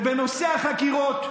ובנושא החקירות,